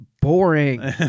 boring